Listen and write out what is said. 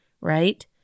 right